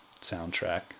soundtrack